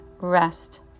rest